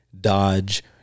Dodge